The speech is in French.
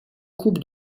coupes